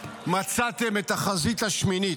מצאתם את החזית השמינית,